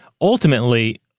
ultimately